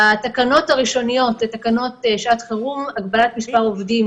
התקנות הראשוניות הן תקנות שעת חירום (הגבלת מספר העובדים